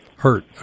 hurt